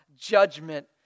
judgment